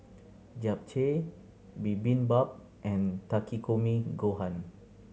Japchae Bibimbap and Takikomi Gohan